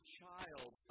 child